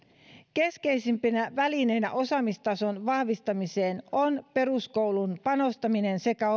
keskeisimpinä välineinä osaamistason vahvistamiseen on peruskouluun panostaminen sekä